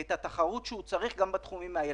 ואת התחרות שהוא צריך גם בתחומים האלה.